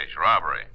Robbery